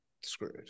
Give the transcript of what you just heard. screwed